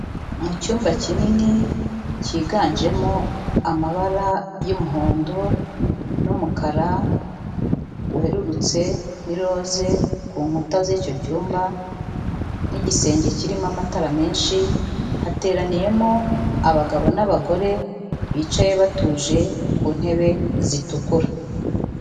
Mu cyumba kinini kiganjemo amabara y'umuhondo n'umukara werurutse n'iroze ku nkuta z'icyo cyumba n'igisenge kirimo amatara menshi, hateraniyemo abagabo n'abagore bicaye batuje ku ntebe zitukura.